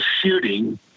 shooting